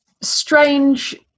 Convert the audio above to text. strange